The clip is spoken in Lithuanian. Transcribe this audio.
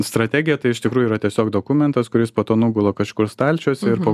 strategija tai iš tikrųjų yra tiesiog dokumentas kuris po to nugula kažkur stalčiuose ir po